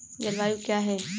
जलवायु क्या है?